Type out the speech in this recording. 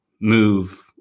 move